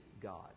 God